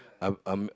um um